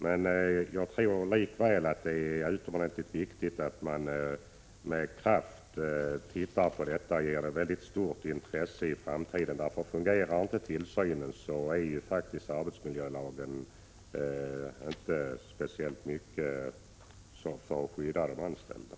Likväl tror jag att det är utomordentligt viktigt att man med kraft tittar på detta och att man i framtiden visar ett mycket stort intresse för denna fråga. Om tillsynen inte fungerar, är ju arbetsmiljölagen inte ett särskilt gott skydd för de anställda.